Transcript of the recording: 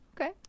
okay